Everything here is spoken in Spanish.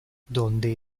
donde